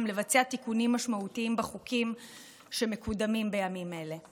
לבצע תיקונים משמעותיים בחוקים שמקודמים בימים אלה.